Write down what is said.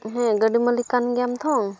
ᱦᱮᱸ ᱜᱟᱹᱰᱤ ᱢᱟᱹᱞᱤᱠ ᱠᱟᱱ ᱜᱮᱭᱟᱢ ᱛᱚ